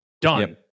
done